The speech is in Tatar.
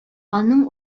аның